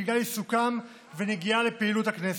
בגלל עיסוקם ונגיעה לפעילות הכנסת,